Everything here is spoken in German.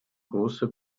großer